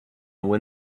when